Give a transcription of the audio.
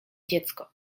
dziecko